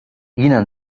jiena